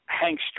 Hank